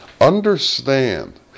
understand